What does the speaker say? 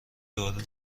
دارو